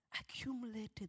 accumulated